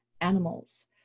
animals